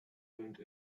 owned